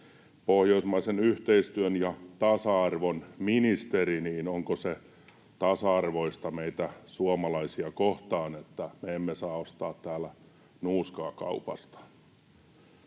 pohjoismaisen yhteistyön ja tasa-arvon ministeri: onko tasa-arvoista meitä suomalaisia kohtaan, että me emme saa ostaa täällä nuuskaa kaupasta?